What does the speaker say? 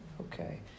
Okay